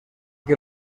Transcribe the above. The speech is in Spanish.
que